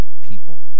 people